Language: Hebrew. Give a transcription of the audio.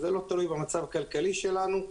זה לא תלוי במצב הכלכלי שלנו.